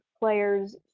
players